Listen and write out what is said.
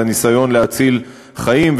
בניסיון להציל חיים,